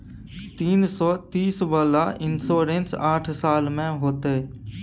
तीन सौ तीस वाला इन्सुरेंस साठ साल में होतै?